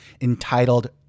entitled